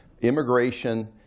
Immigration